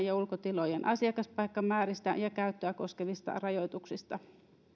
ja ulkotilojen asiakaspaikkamääristä ja käyttöä koskevista rajoituksista